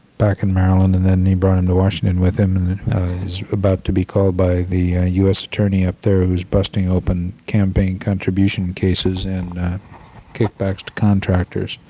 back in maryland and then and he brought him to washington with him. is about to be called by the u s. attorney up there who's busting open campaign contribution cases and kickbacks to contractors.